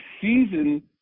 season